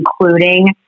including